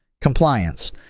Compliance